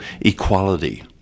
equality